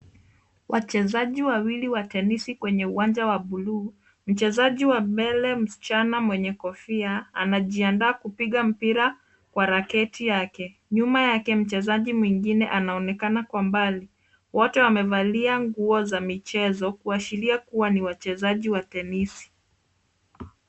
Wachezaji wawili wa tenisi kwenye uwanja wa blue . Mchezaji wa mbele msichana mwenye kofia anajiandaa kupiga mpira kwa raketi yake. Nyuma yake mchezaji mwingine anaonekana kwa mbali. Wote wamevalia nguo za michezo, kuashiria kuwa ni wachezaji wa tenisi.